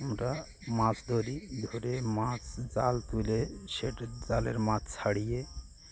আমরা মাছ ধরি ধরে মাছ জাল তুলে সেটা জালের মাছ ছাড়িয়ে